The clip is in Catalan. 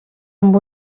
amb